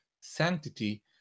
sanctity